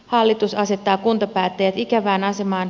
hallitus asettaa kuntapäättäjät ikävään asemaan